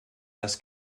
das